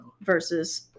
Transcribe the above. versus